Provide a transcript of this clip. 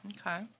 Okay